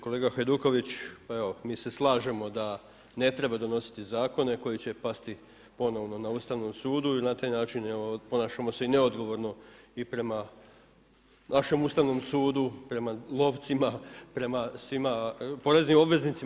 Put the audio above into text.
Kolega Hajduković, pa evo mi se slažemo da ne treba donositi zakone koji će pasti ponovno na Ustavnom sudu i na taj način evo ponašamo se i neodgovorno i prema našem Ustavnom sudu, prema lovcima, prema svima, prema poreznim obveznicima.